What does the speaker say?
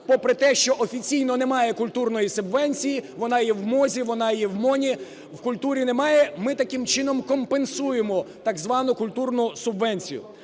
попри те, що офіційно немає культурної субвенції, вона є в МОЗі, вона є в МОНі – в культурі немає, ми таким чином компенсуємо так звану культурну субвенцію.